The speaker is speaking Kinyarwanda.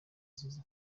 ziza